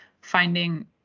finding